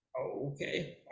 Okay